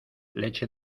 leche